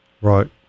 right